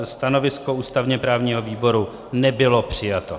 Stanovisko ústavněprávního výboru nebylo přijato.